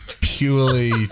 Purely